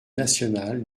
nationale